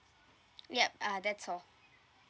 yup uh that's all